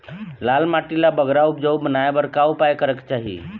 लाल माटी ला बगरा उपजाऊ बनाए बर का उपाय करेक चाही?